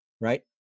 right